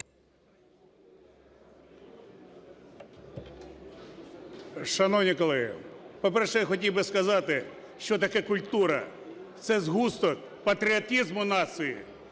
Шановні колеги, по-перше, я хотів би сказати, що таке культура. Це згусток патріотизму нації,